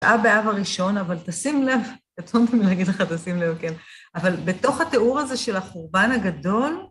קרה באב הראשון, אבל תשים לב, קטונתי מלהגיד לך תשים לב, כן, אבל בתוך התיאור הזה של החורבן הגדול,